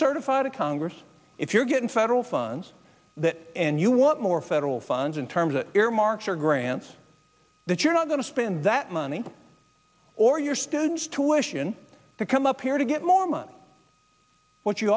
certify to congress if you're getting federal funds that and you want more federal funds in terms of earmarks or grants that you're not going to spend that money or your students to washington to come up here to get more money what you